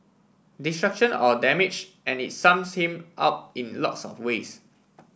destruction or damage and it sums him up in lots of ways